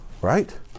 right